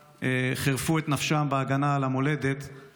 שחירפו את נפשם בהגנה על המולדת בשנה האחרונה.